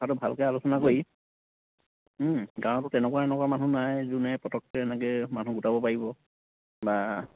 ভালকৈ আলোচনা কৰি গাঁৱতো তেনেকুৱা এনেকুৱা মানুহ নাই যোনে পটকে এনেকে মানুহ গোটাব পাৰিব বা